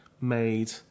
made